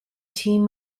team